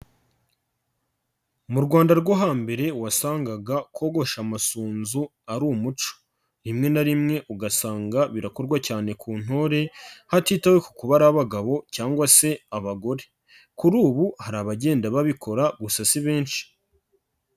Mu Rwanda rwo hambere wasangaga kogosha amasunzu ari umuco, rimwe na rimwe ugasanga birakorwa cyane ku ntore hatitawe ku kuba ari abagabo cyangwa se abagore, kuri ubu hari abagenda babikora gusa si benshi.